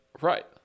Right